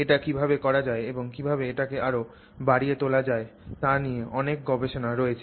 এটি কীভাবে করা যায় এবং কীভাবে এটিকে আরও বাড়িয়ে তোলা যায় তা নিয়ে অনেক গবেষণা রয়েছে